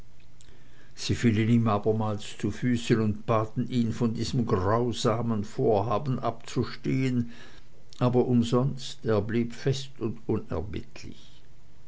sie fielen ihm abermals zu füßen und baten ihn von diesem grausamen vorhaben abzustehen aber umsonst er blieb fest und